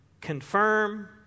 confirm